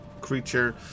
creature